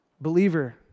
Believer